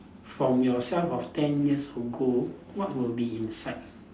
from yourself of ten years ago what will be inside